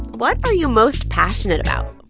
what are you most passionate about?